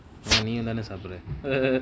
many another subject